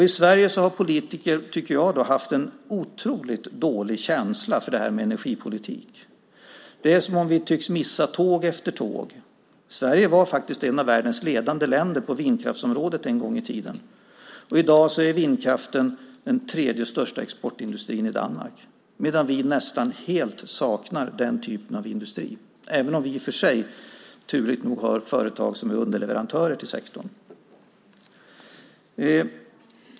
I Sverige har politikerna haft en otroligt dålig känsla för energipolitik, tycker jag. Vi tycks missa tåg efter tåg. Sverige var faktiskt ett av världens ledande länder på vindkraftsområdet en gång i tiden. I dag är vindkraften den tredje största exportindustrin i Danmark, medan vi nästan helt saknar den typen av industri, även om vi turligt nog har företag som är underleverantörer till sektorn.